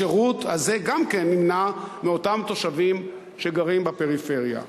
השירות הזה גם כן נמנע מאותם תושבים שגרים בפריפריה.